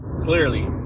clearly